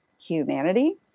humanity